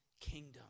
kingdom